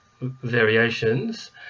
variations